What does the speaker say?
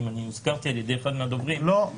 זוכר את ההתנגדות שהייתה פה בכנסת לחוק הלאום,